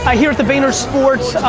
here at the vaynersports,